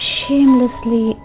shamelessly